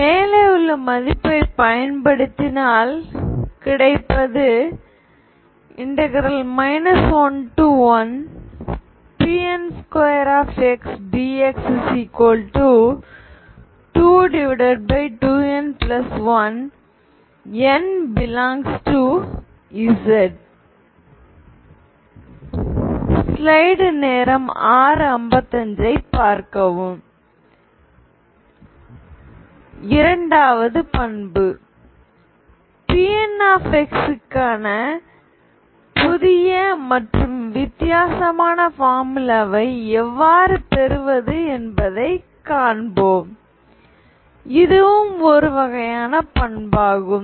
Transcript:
மேலே உள்ள மதிப்பை பயன்படுத்தினால் கிடைப்பது ⟹ 11Pn2xdx22n1 n∈Z 2வது பண்பு Pn க்கான புதிய மற்றும் வித்தியாசமான பார்முலாவை எவ்வாறு பெறுவது என்பதை காண்போம் இதுவும் ஒரு வகையான பண்பாகும்